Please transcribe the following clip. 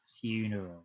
funeral